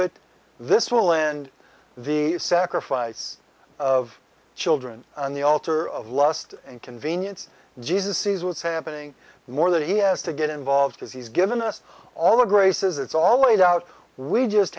it this will end the sacrifice of children on the altar of lust and convenience jesus sees what's happening more that he has to get involved as he's given us all of graces it's all laid out we just